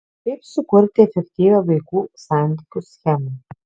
kaip sukurti efektyvią vaikų santykių schemą